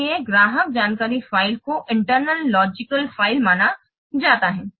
इसलिए ग्राहक जानकारी फ़ाइल को इंटरनल लॉजिकल फाइल माना जाएगा